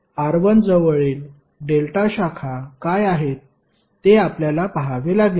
R1 जवळील delta शाखा काय आहेत ते आपल्याला पहावे लागेल